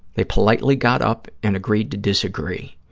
they politely got up and agreed to disagree.